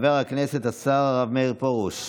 חבר הכנסת השר מאיר פרוש,